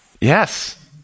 Yes